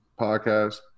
podcast